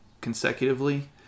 consecutively